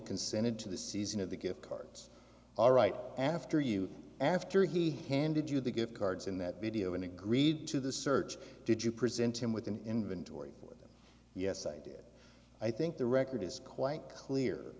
consented to the season of the gift cards all right after you after he handed you the gift cards in that video and agreed to the search did you present him with an inventory for them yes i did i think the record is quite clear